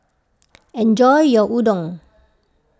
enjoy your Udon